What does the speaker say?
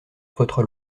votre